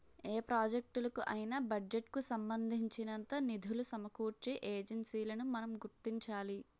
ఏ ప్రాజెక్టులకు అయినా బడ్జెట్ కు సంబంధించినంత నిధులు సమకూర్చే ఏజెన్సీలను మనం గుర్తించాలి